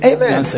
Amen